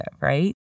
right